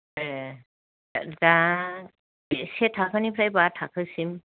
ए दा से थाखोनिफ्राय बा थाखोसिम